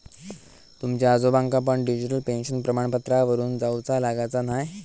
तुमच्या आजोबांका पण डिजिटल पेन्शन प्रमाणपत्रावरून जाउचा लागाचा न्हाय